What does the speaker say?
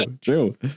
true